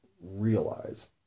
realize